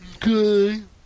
Good